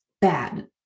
bad